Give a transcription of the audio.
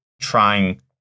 trying